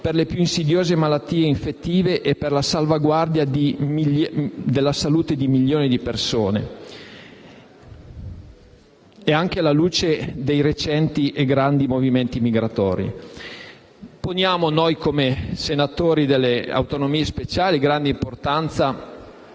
per le più insidiose malattie infettive e per la salvaguardia della salute di milioni di persone, anche alla luce dei recenti e grandi movimenti migratori. Come senatori delle autonomie speciali diamo grande importanza